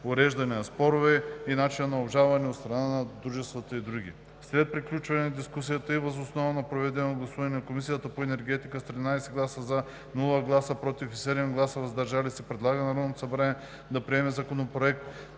уреждане на спорове и начини за обжалване от страна на дружествата и други. След приключване на дискусията и въз основа на проведеното гласуване Комисията по енергетика с 13 гласа „за“, без „против“ и 7 гласа „въздържал се“ предлага на Народното събрание да приеме Законопроект